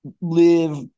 live